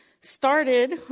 started